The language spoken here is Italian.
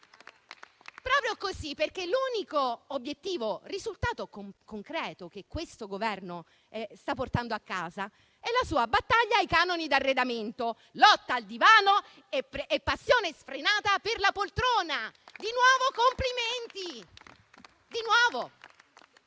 proprio così perché l'unico obiettivo e risultato concreto che questo Governo sta portando a casa è la sua battaglia ai canoni d'arredamento: lotta al divano e passione sfrenata per la poltrona! Di nuovo complimenti! Di nuovo!